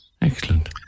Excellent